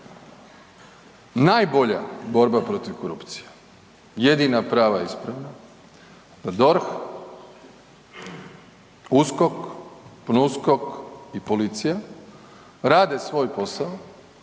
najbolja borba protiv korupcije, jedina prava i ispravna, kad DORH, USKOK, PNUSKOK u policija rade svoj posao